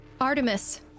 Artemis